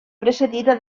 precedida